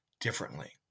differently